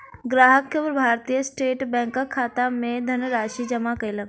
ग्राहक भारतीय स्टेट बैंकक खाता मे धनराशि जमा कयलक